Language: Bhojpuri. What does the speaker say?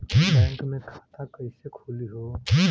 बैक मे खाता कईसे खुली हो?